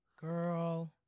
Girl